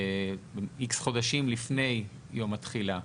X חודשים לפני יום התחילה.